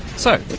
so,